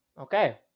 Okay